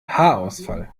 haarausfall